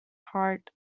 heart